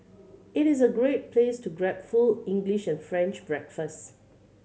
it is a great place to grab full English and French breakfast